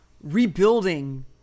rebuilding